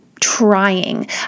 trying